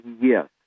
Yes